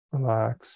Relax